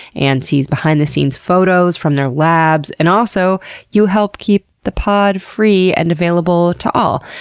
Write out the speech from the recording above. and sees behind-the-scenes photos from their labs, and also you help keep the pod free and available to all.